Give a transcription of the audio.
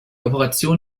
operation